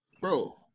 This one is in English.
Bro